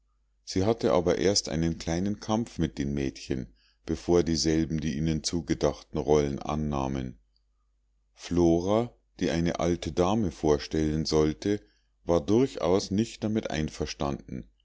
sie hatte aber erst einen kleinen kampf mit den mädchen bevor dieselben die ihnen zugedachten rollen annahmen flora die eine alte dame vorstellen sollte war durchaus nicht damit einverstanden